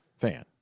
fan